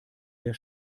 der